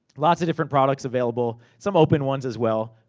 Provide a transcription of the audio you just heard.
lots of different products available. some open ones, as well.